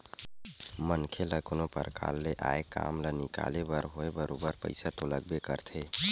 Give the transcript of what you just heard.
मनखे ल कोनो परकार ले आय काम ल निकाले बर होवय बरोबर पइसा तो लागबे करथे